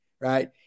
right